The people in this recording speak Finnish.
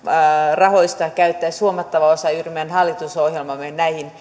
rahoista käytettäisiin huomattava osa juuri näiden meidän hallitusohjelmamme